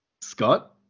Scott